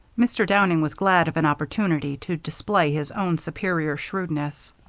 mr. downing was glad of an opportunity to display his own superior shrewdness.